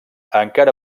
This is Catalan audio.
encara